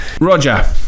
Roger